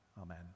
Amen